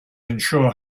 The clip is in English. unsure